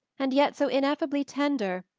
and yet so ineffably tender,